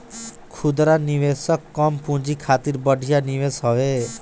खुदरा निवेशक कम पूंजी खातिर बढ़िया निवेश हवे